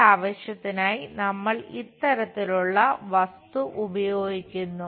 ഈ ആവശ്യത്തിനായി നമ്മൾ ഇത്തരത്തിലുള്ള വസ്തു ഉപയോഗിക്കുന്നു